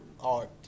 art